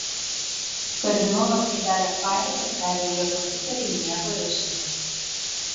kardinolas uždarė failą ir perjungė kompiuterį į miego režimą